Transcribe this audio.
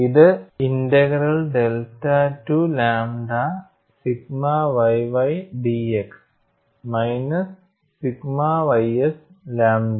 ഇത് integral delta to lambda sigma yy dx minus sigma ys lambda